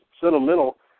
sentimental